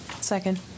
Second